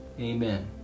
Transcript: Amen